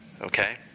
Okay